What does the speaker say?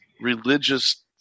religious